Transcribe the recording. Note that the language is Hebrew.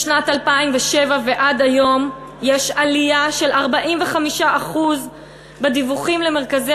משנת 2007 עד היום יש עלייה של 45% בדיווחים למרכזי